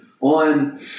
on